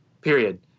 period